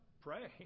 pray